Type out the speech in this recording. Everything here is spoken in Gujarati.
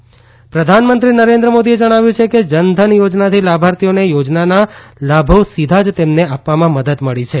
જન ધન યોજના પ્રધાનમંત્રી નરેન્દ્ર મોદીએ જણાવ્યું છેકે જનધન યોજનાથી લાભાર્થીઓને યોજનાનાં લાભો સીધા જ તેમને આપવામાં મદદ મળી છે